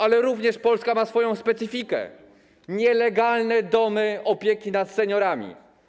Ale tu również Polska ma swoją specyfikę - nielegalne domy opieki nad seniorami.